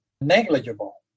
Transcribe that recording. negligible